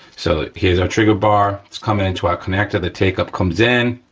so, here's our trigger bar, it's coming into our connector, the take up comes in,